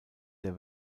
der